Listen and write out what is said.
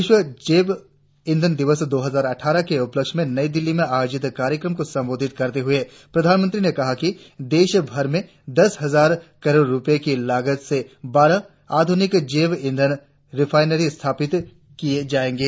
विश्व जैव ईधव दिवस दो हजार अटठारह के उपलक्ष्य में नई दिल्ली में आयोजित कार्यक्रमों को संबोधित करते हुए प्रधानमंत्री ने कहा कि देश भर में दस हजार करोड़ रुपये की लागत से बारह आधुनिक जैव इंधन रिफायनरी स्थापित किये जायेंगे